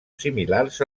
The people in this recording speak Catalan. similars